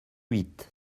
huit